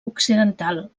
occidental